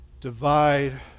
divide